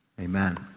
Amen